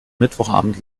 mittwochabend